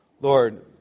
Lord